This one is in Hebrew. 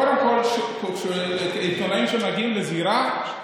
קודם כול, לעיתונאים שמגיעים לזירה,